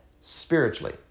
spiritually